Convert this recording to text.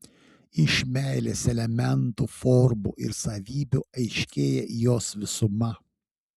iš meilės elementų formų ir savybių aiškėja jos visuma